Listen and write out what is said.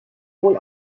wohl